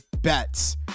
bets